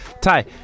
Ty